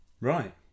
Right